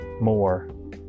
more